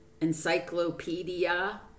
encyclopedia